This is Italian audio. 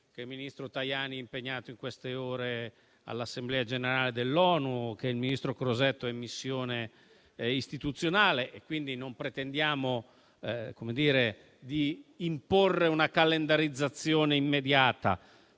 che il ministro Tajani è impegnato in queste ore all'Assemblea generale dell'ONU e che il ministro Crosetto è in missione istituzionale, quindi non pretendiamo di imporre una calendarizzazione immediata.